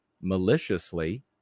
maliciously